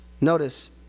Notice